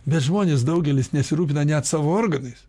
bet žmonės daugelis nesirūpina net savo organais